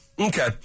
Okay